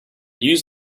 use